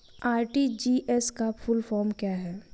RTGS का full form क्या है?